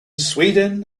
sweden